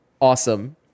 awesome